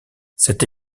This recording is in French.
cette